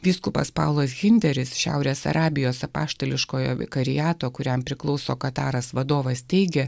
vyskupas paulas hunteris šiaurės arabijos apaštališkojo vikariato kuriam priklauso kataras vadovas teigia